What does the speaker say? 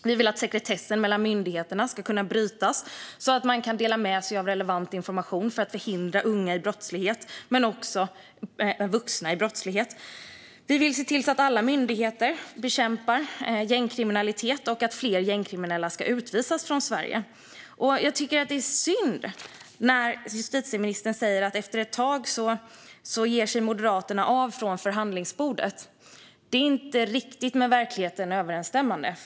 Vi vill att sekretessen mellan myndigheter ska kunna brytas så att man kan dela med sig av relevant information för att förhindra att unga, men också vuxna, dras in i brottslighet. Vi vill se till att alla myndigheter bekämpar gängkriminalitet och att fler gängkriminella utvisas från Sverige. Det är synd att justitieministern säger att Moderaterna efter ett tag ger sig av från förhandlingsbordet. Det är inte riktigt med verkligheten överensstämmande.